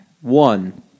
One